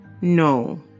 No